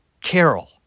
Carol